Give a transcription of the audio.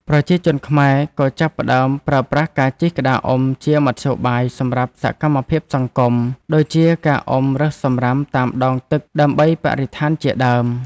ប្រជាជនខ្មែរក៏ចាប់ផ្តើមប្រើប្រាស់ការជិះក្តារអុំ ជាមធ្យោបាយសម្រាប់សកម្មភាពសង្គម ដូចជាការអុំរើសសំរាមតាមដងទឹកដើម្បីបរិស្ថានជាដើម។